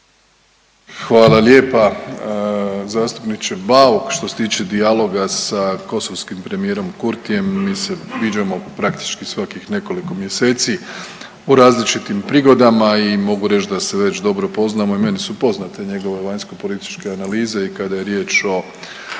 Hvala lijepa. Zastupniče Bauk, što se tiče dijaloga sa kosovskim premijerom Kurtijem mi se viđamo praktički svakih nekoliko mjeseci u različitim prigodama i mogu reć da se već dobro poznamo i meni su poznate njegove vanjskopolitičke analize i kada je riječ o